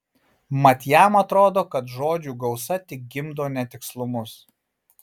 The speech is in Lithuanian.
mat jam atrodo kad žodžių gausa tik gimdo netikslumus